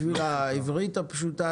בשביל העברית הפשוטה,